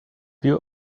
view